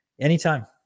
anytime